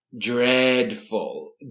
Dreadful